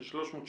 של 360 מיליון.